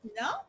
no